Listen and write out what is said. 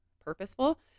purposeful